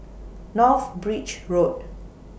North Bridge Road